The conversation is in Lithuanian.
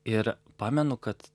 ir pamenu kad